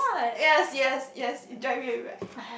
yes yes yes drive me everywhere